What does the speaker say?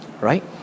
Right